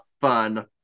fun